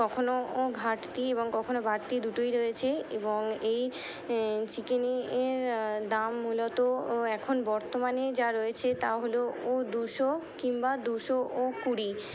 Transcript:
কখনও ও ঘাটতি এবং কখনও বাড়তি দুটোই রয়েছে এবং এই চিকেন এর দাম মূলত ও এখন বর্তমানে যা রয়েছে তা হলো ও দুশো কিংবা দুশো ও কুড়ি